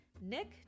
Nick